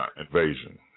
invasion